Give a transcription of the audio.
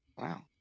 wow